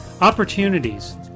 Opportunities